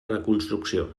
reconstrucció